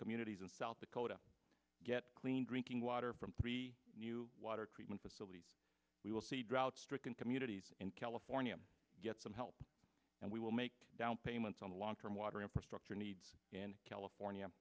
communities in south dakota get clean drinking water from three new water treatment facilities we will see drought stricken communities in california get some help and we will make down payments on the long term water infrastructure needs in california